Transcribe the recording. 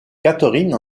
catherine